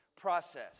Process